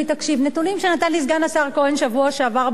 נתונים שנתן לי סגן השר כהן בשבוע שעבר במליאה,